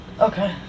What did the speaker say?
Okay